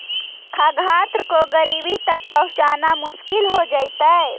खाद्यान्न को गरीबों तक पहुंचाना मुश्किल हो जइतइ